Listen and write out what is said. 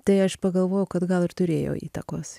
tai aš pagalvojau kad gal ir turėjo įtakos